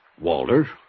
Walter